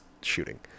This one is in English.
shooting